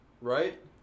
Right